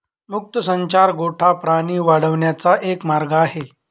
मुक्त संचार गोठा प्राणी वाढवण्याचा एक मार्ग आहे